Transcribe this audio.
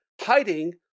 hiding